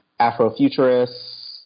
Afrofuturists